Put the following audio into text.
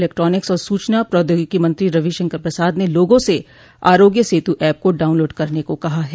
electronics और सूचना प्रौद्योगिकी मंत्री रवि शंकर प्रसाद ने लोगों से आरोग्य सेतु ऐप को डाउनलोड करने को कहा है